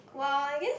well I guess